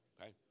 okay